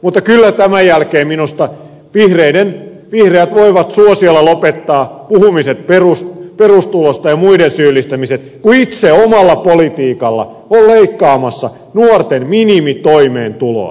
mutta kyllä tämän jälkeen minusta vihreät voivat suosiolla lopettaa puhumiset perustulosta ja muiden syyllistämiset kun itse omalla politiikalla ovat leikkaamassa nuorten minimitoimeentuloa